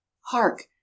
hark